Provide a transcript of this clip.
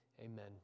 Amen